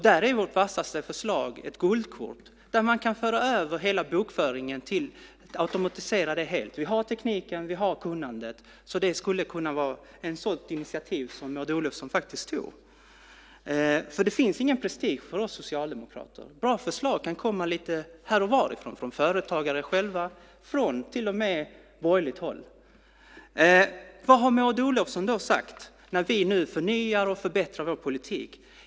Där är vårt vassaste förslag ett guldkort där man kan föra över hela bokföringen och automatisera den helt. Vi har tekniken, och vi har kunnandet, så det skulle kunna vara ett sådant initiativ som Maud Olofsson faktiskt tog. Det finns ingen prestige för oss socialdemokrater. Bra förslag kan komma lite här och varifrån, från företagare själva och till och med från borgerligt håll. Vad har Maud Olofsson då sagt när vi nu förnyar och förbättrar vår politik?